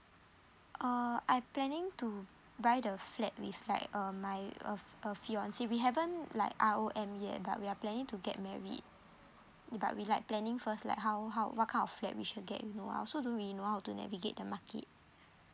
uh I planning to buy the flat with like um my uh uh fiance we haven't like R_O_M yet but we are planning to get married but we like planning first like how how what kind of flat we should get you know I also don't really know how to navigate the market